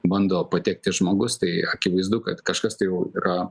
bando patekti žmogus tai akivaizdu kad kažkas jau yra